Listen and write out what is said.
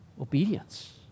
Obedience